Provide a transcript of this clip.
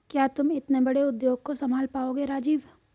क्या तुम इतने बड़े उद्योग को संभाल पाओगे राजीव?